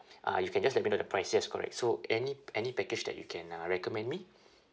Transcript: uh you can just let me know the price yes correct so any any package that you can uh recommend me